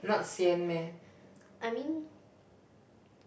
I mean